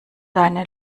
deine